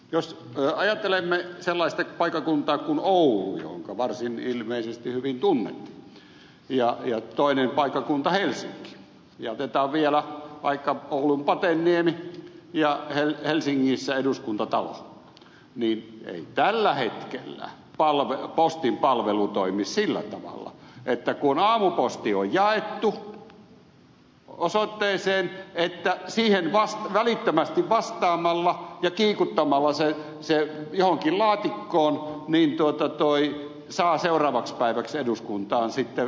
jos ajattelemme sellaista paikkakuntaa kuin oulu jonka ilmeisesti varsin hyvin tunnette ja toista paikkakuntaa helsinkiä ja otetaan vielä vaikka oulun pateniemi ja helsingissä eduskuntatalo niin ei tällä hetkellä postin palvelu toimi sillä tavalla että kun aamuposti on jaettu osoitteeseen niin siihen välittömästi vastaamalla ja kiikuttamalla se johonkin laatikkoon saa seuraavaksi päiväksi eduskuntaan sen vastauksen